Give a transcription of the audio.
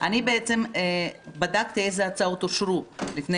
אני בעצם בדקתי איזה הצעות אושרו לפני